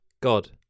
god